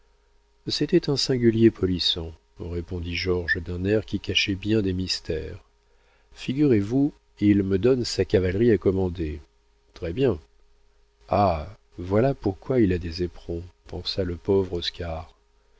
c'était un singulier polisson répondit georges d'un air qui cachait bien des mystères figurez-vous il me donne sa cavalerie à commander très-bien ah voilà pourquoi il a des éperons pensa le pauvre